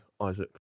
Isaac